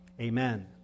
Amen